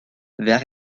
vert